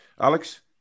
Alex